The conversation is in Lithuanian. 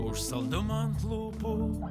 už saldumą ant lūpų